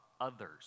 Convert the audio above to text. others